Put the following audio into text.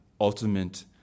ultimate